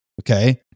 Okay